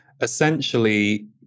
essentially